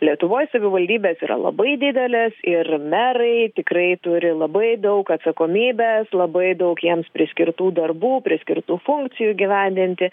lietuvoj savivaldybės yra labai didelės ir merai tikrai turi labai daug atsakomybės labai daug jiems priskirtų darbų priskirtų funkcijų įgyvendinti